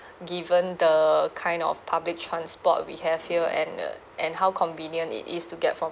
given the kind of public transport we have here and ugh and how convenient it is to get from